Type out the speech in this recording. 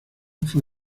fue